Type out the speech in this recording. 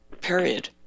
period